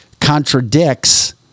contradicts